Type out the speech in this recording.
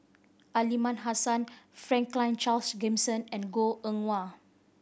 Aliman Hassan Franklin Charles Gimson and Goh Eng Wah